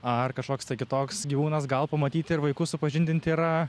ar kažkoks tai kitoks gyvūnas gal pamatyti ir vaikus supažindinti yra